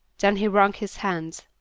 then he wrung his hands.